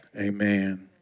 Amen